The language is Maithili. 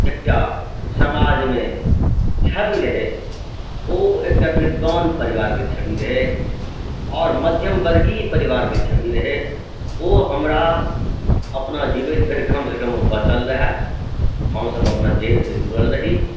एकटा समाजमे छवि रहै ओ एकटा विद्वान परिवारके छवि रहै आओर मध्यमवर्गीय परिवारके छवि रहै ओ हमरा अपना जीवैत धरि कमसँ कम ओ बाँचल रहए हमसभ अपन जड़िसँ जुड़ल रही